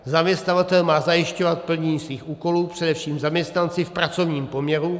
Zaměstnavatel má zajišťovat plnění svých úkolů především zaměstnanci v pracovním poměru.